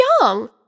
young